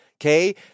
Okay